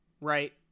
Right